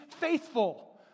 faithful